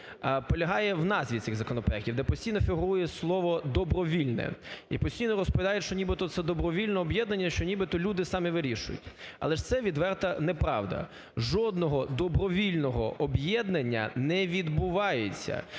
полягає в назві цих законопроектів, де постійно фігурує слово "добровільне" і постійно розповідають, що нібито, це добровільне об'єднання і що нібито люди самі вирішують. Але ж це відверта неправда, жодного добровільного об'єднання не відбувається